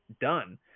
done